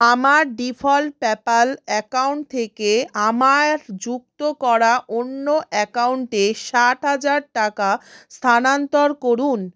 আমার default PayPal account থেকে আমার যুক্ত করা অন্য অ্যাকাউন্টে ষাট হাজার টাকা স্থানান্তর করুন